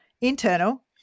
internal